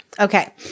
okay